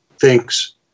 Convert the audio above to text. thinks